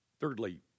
Thirdly